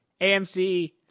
AMC